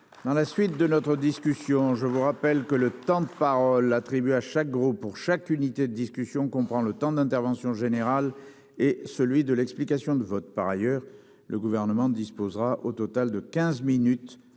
182. Mes chers collègues, je vous rappelle que le temps de parole attribué à chaque groupe pour chaque discussion comprend le temps de l'intervention générale et celui de l'explication de vote. Par ailleurs, le Gouvernement dispose au total de quinze minutes